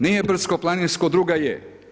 Nije brdsko-planinsko, druga je.